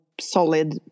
solid